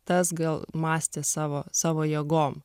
tas gal mąstė savo savo jėgom